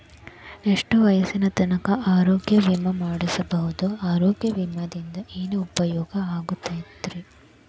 ಎಷ್ಟ ವಯಸ್ಸಿನ ತನಕ ಆರೋಗ್ಯ ವಿಮಾ ಮಾಡಸಬಹುದು ಆರೋಗ್ಯ ವಿಮಾದಿಂದ ಏನು ಉಪಯೋಗ ಆಗತೈತ್ರಿ?